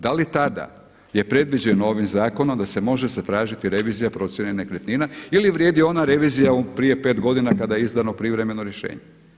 Da li tada je predviđeno ovim zakonom da se može zatražiti revizija procjene nekretnina ili vrijedi ona revizija prije pet godina kada je izdano privremeno rješenje.